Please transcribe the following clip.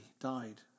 died